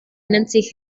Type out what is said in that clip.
nancy